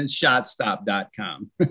shotstop.com